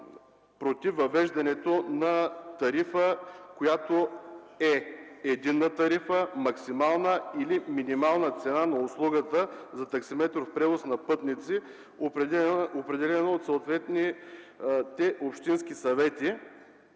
против въвеждането на тарифа, която да е единна тарифа с максимална или минимална цена на услугата за таксиметров превоз на пътници, определена от съответните общински съвети,